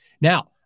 Now